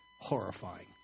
horrifying